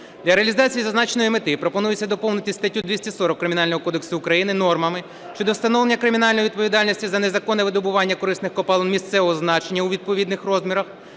Для реалізації зазначеної мети пропонується доповнити статтю 240 Кримінального кодексу України нормами щодо встановлення кримінальної відповідальності за незаконне видобування корисних копалин місцевого значення у відповідних розмірах